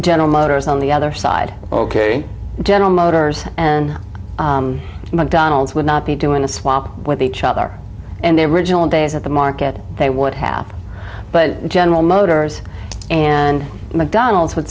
general motors on the other side ok general motors and mcdonald's would not be doing a swap with each other and their original days at the market they would have but general motors and mcdonald's would